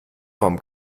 vom